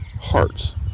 hearts